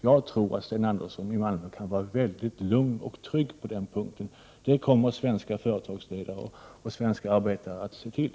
Jag tror att Sten Andersson i Malmö kan vara väldigt lugn och trygg på den punkten — det kommer svenska företagsledare och svenska arbetare att se till.